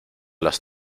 las